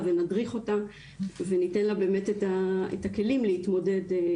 ונדריך אותה וניתן לה באמת את הכלים על מנת